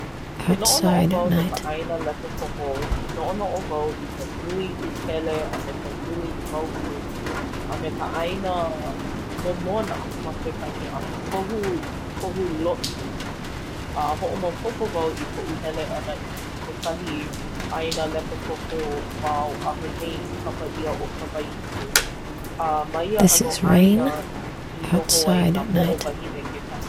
Ke noʻonoʻo wau no ka ʻāina lepo pohō noʻonoʻo wau i ka nui ukele a me ka nui mauʻu a me ka ʻāina momona ma kekahi ʻano, kohu kohu loʻi. A hoʻomaopopo wau i koʻu hele ʻana i kekahi ʻāina lepo pohō ma Oʻahu nei kapa ʻia ʻo Kawainui. A ia ʻano ʻāina i noho ai nā moʻo wāhine kekahi.